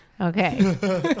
Okay